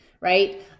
right